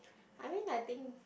I mean I think